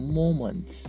moment